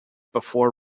before